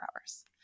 hours